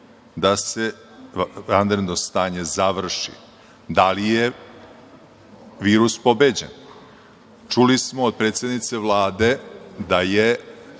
da se vanredno stanje završi, da li je virus pobeđen? Čuli smo od predsednice Vlade da,